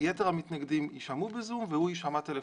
יתר המתנגדים יישמעו ב"זום" והוא יישמע טלפונית.